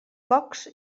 pocs